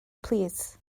plîs